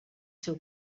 seu